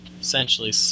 essentially